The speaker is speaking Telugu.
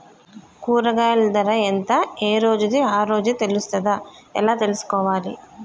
కూరగాయలు ధర ఎంత ఏ రోజుది ఆ రోజే తెలుస్తదా ఎలా తెలుసుకోవాలి?